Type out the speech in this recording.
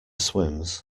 swims